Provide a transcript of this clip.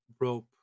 rope